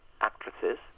actresses